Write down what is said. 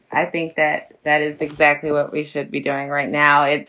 i think that that is exactly what we should be doing right now. and